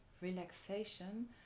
relaxation